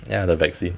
ya the vaccine